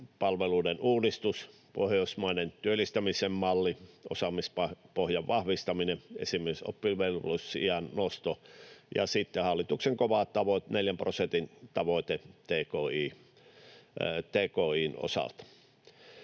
terveyspalveluiden uudistus, pohjoismainen työllistämisen malli, osaamispohjan vahvistaminen, esimerkiksi oppivelvollisuusiän nosto, ja sitten hallituksen kova 4 prosentin tavoite tki:n osalta.